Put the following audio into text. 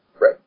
Right